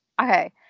okay